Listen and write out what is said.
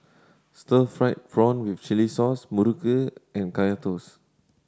stir fried prawn with chili sauce muruku and Kaya Toast